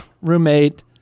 roommate